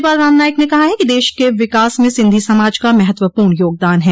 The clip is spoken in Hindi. राज्यपाल राम नाईक ने कहा है कि देश के विकास में सिंधी समाज का महत्वपूर्ण योगदान है